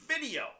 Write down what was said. video